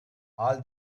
all